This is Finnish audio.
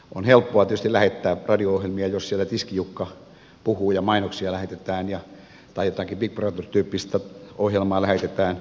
on helppoa tietysti lähettää radio ohjelmia jos siellä tiskijukka puhuu ja mainoksia lähetetään tai jotain big brother tyyppistä ohjelmaa lähetetään